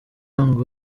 ngo